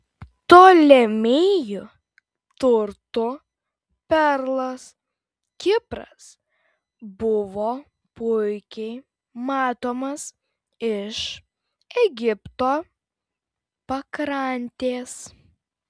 ptolemėjų turtų perlas kipras buvo puikiai matomas iš egipto pakrantės